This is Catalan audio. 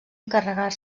encarregar